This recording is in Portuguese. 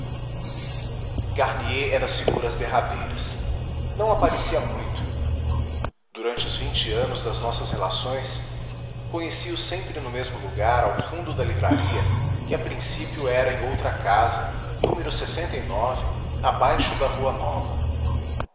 garnier é das figuras derradeiras não aparecia muito durante os anos das nossas relações conheci-o sempre no mesmo lugar ao fundo da livraria que a princípio era em outra casa n abaixo da rua nova